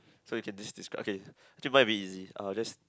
so you can just des~ describe okay mine a bit easy I will just